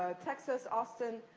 ah texas, austin.